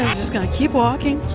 just gonna keep walking.